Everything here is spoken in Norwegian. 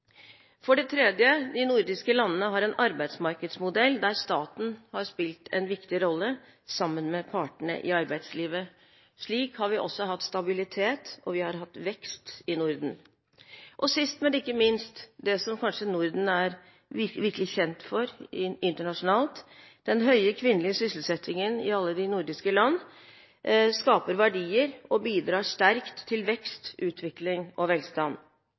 For det tredje har de nordiske landene en arbeidsmarkedsmodell der staten har spilt en viktig rolle sammen med partene i arbeidslivet. Slik har vi også hatt stabilitet og vekst i Norden. Sist, men ikke minst det som kanskje Norden er virkelig kjent for internasjonalt: Den høye kvinnelige sysselsettingen i alle de nordiske land skaper verdier og bidrar sterkt til vekst, utvikling og velstand.